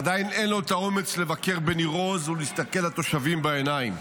עדיין אין לו את האומץ לבקר בניר עוז ולהסתכל לתושבים בעיניים.